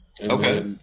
Okay